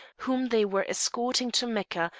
whom they were escorting to mecca,